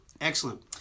excellent